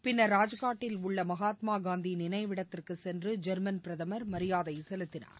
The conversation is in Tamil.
பின்னர் ராஜ்னாட்டில் உள்ள மகாத்மா காந்தி நினைவிடத்திற்கு சென்று ஜெர்மன் பிரதமர் மரியாதை செலுத்தினார்